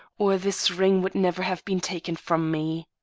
or this ring would never have been taken from me.